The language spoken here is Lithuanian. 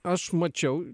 aš mačiau